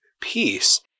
peace